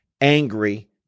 angry